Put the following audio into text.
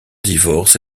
divorce